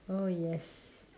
oh yes